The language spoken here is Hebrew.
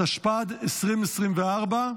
התשפ"ד,2024,